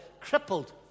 crippled